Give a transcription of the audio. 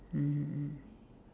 mmhmm mm